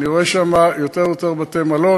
אני רואה שם יותר ויותר בתי-מלון.